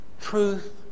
truth